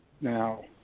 Now